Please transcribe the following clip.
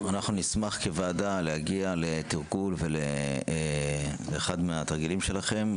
--- נשמח כוועדה להגיע לאחד מהתרגילים שלכם,